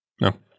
No